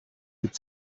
could